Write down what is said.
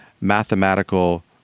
mathematical